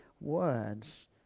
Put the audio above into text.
words